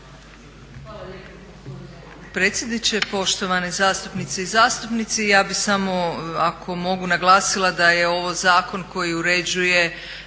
Hvala lijepo